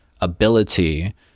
ability